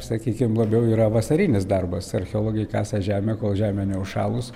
sakykim labiau yra vasarinis darbas archeologai kasa žemę kol žemė neužšalus